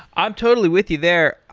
i'm totally with you there.